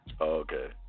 Okay